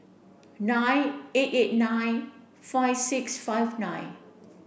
nine eight eight nine five six five nine